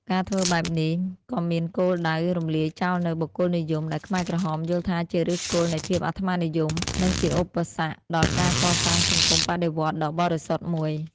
ការធ្វើបែបនេះ ក៏មានគោលដៅរំលាយចោលនូវ បុគ្គលនិយម ដែលខ្មែរក្រហមយល់ថាជាឫសគល់នៃភាពអាត្មានិយម និងជាឧបសគ្គដល់ការកសាងសង្គមបដិវត្តន៍ដ៏បរិសុទ្ធមួយ។